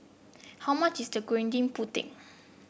how much is the Gudeg Putih